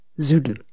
Zulu